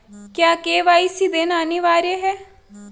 क्या के.वाई.सी देना अनिवार्य है?